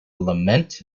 lament